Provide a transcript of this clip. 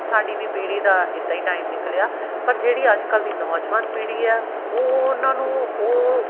ਸਾਡੀ ਵੀ ਪੀੜ੍ਹੀ ਦਾ ਇੱਦਾਂ ਹੀ ਟਾਈਮ ਨਿਕਲਿਆ ਪਰ ਜਿਹੜੀ ਅੱਜ ਕੱਲ੍ਹ ਦੀ ਨੌਜਵਾਨ ਪੀੜ੍ਹੀ ਆ ਉਹ ਉਹਨਾਂ ਨੂੰ ਉਹ